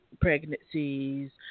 pregnancies